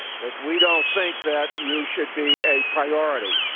but we don't think that you should be a priority.